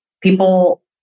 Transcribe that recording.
people